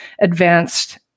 advanced